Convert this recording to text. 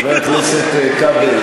חבר הכנסת כבל,